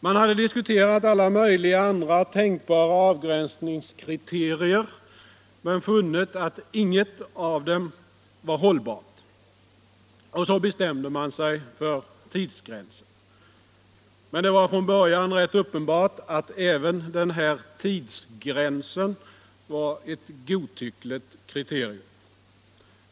Man hade diskuterat alla möjliga andra tänkbara avgränsningskriterier men funnit att inget av dem var hållbart. Och så bestämde man sig för tidsgränsen. Men det var från början rätt uppenbart att även den här tidsgränsen var ett godtyckligt kriterium.